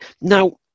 now